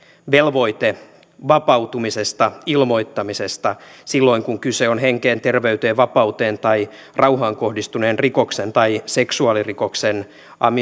velvoite vapautumisesta ilmoittamisesta silloin kun kyse on henkeen terveyteen vapauteen tai rauhaan kohdistuneesta rikoksesta tai seksuaalirikoksesta